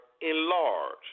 enlarge